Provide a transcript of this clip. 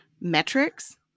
metrics